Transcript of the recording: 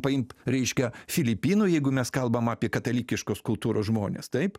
paimt reiškia filipinų jeigu mes kalbam apie katalikiškos kultūros žmones taip